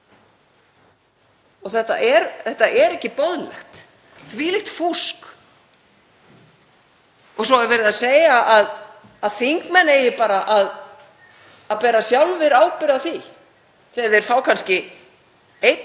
Þetta er ekki boðlegt. Þvílíkt fúsk. Svo er verið að segja að þingmenn eigi bara að bera sjálfir ábyrgð á því þegar þeir fá kannski einn